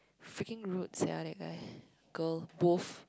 freaking rude sia that guy girl both